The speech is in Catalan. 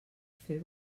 fer